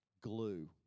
Glue